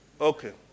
Okay